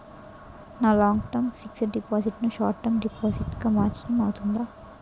నా long term fixed deposit ను short term deposit గా మార్చటం అవ్తుందా?